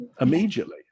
immediately